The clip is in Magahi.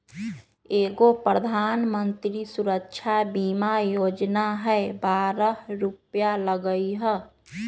एगो प्रधानमंत्री सुरक्षा बीमा योजना है बारह रु लगहई?